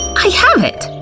i have it!